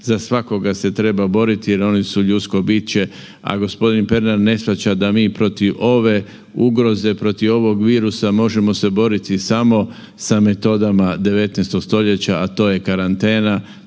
za svakoga se treba boriti jer oni su ljudsko biće, a gospodin Pernar ne shvaća da mi protiv ove ugroze, protiv ovog virusa možemo se boriti samo sa metodama 19. stoljeća, a to karantena.